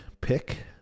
pick